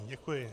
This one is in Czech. Děkuji.